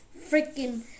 freaking